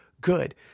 good